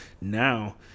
Now